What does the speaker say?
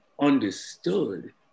understood